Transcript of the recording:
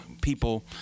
people